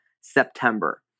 september